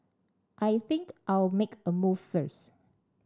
I think I'll make a move first